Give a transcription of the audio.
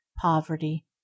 poverty